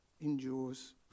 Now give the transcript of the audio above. endures